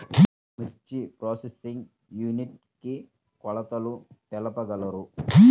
మిర్చి processing unit కి కొలతలు తెలుపగలరు?